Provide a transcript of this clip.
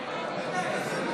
אין בעיה,